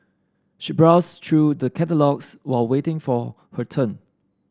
she browsed through the catalogues while waiting for her turn